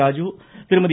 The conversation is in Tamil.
ராஜு திருமதி